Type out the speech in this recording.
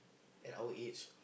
at our age